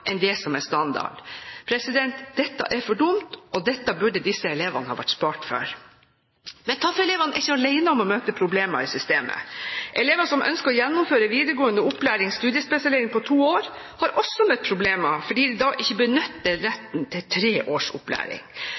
enn det som er standard. Dette er for dumt, og dette burde disse elevene ha vært spart for. Men TAF-elevene er ikke alene om å møte problemer i systemet. Elever som ønsker å gjennomføre videregående opplæring, studiespesialisering på to år, har også møtt problemer fordi de da ikke benytter retten til tre års opplæring.